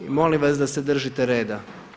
Molim vas da se držite reda.